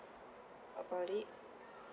about it